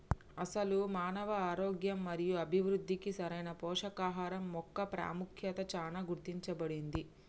అసలు మానవ ఆరోగ్యం మరియు అభివృద్ధికి సరైన పోషకాహరం మొక్క పాముఖ్యత చానా గుర్తించబడింది